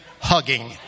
hugging